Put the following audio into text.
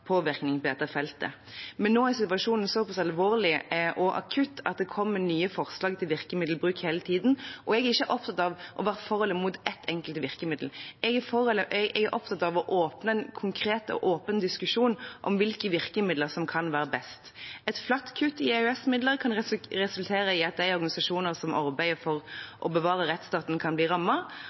påvirkning på dette feltet, men nå er situasjonen så pass alvorlig og akutt at det kommer nye forslag til virkemiddelbruk hele tiden. Jeg er ikke opptatt av å være for eller imot ett enkelt virkemiddel. Jeg er opptatt av å åpne en konkret og åpen diskusjon om hvilke virkemidler som kan være best. Et flatt kutt i EØS-midler kan resultere i at de organisasjonene som arbeider for å bevare rettsstaten, kan bli